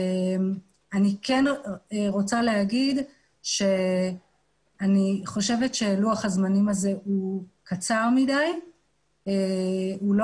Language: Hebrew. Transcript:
אני כן רוצה לומר שאני חושבת שלוח הזמנים הזה הוא קצר מדי והוא לא